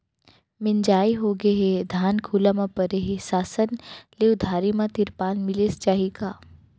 मिंजाई होगे हे, धान खुला म परे हे, शासन ले उधारी म तिरपाल मिलिस जाही का?